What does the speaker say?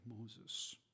Moses